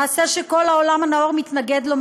מעשה שכל העולם הנאור מתנגד לו,